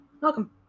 welcome